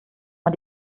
man